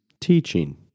teaching